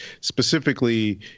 specifically